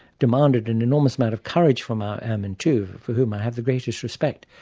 demanded an enormous amount of courage from our airmen too, for whom i have the greatest respect,